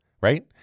Right